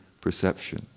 perception